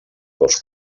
cos